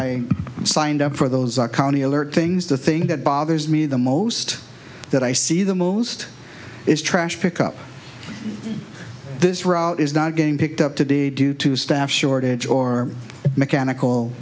i signed up for those county alert things the thing that bothers me the most that i see the most is trash pickup this route is not getting picked up today due to staff shortage or mechanical